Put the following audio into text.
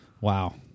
Wow